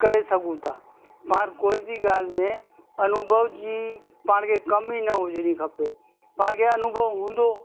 कड़े सघूं था पाण कोई बि ॻाल्हि में अनुभव जी पाण खे कमी न हुजणी खपे पाण खे अनुभव हूंदो